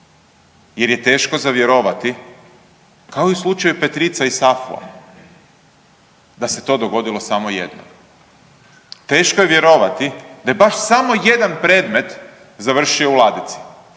jer je teško vjerovati kao i u slučaju Petrica i SAFU-a da se to dogodilo samo jednom. Teško je vjerovati da je baš samo jedan predmet završio u ladici.